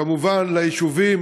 וכמובן ליישובים,